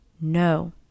no